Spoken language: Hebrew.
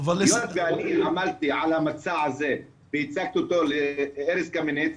אמרתי על המצע הזה והצגתי אותו לארז קמיניץ,